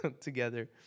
together